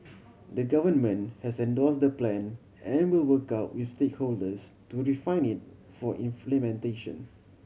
the Government has endorsed the Plan and will work out with stakeholders to refine it for implementation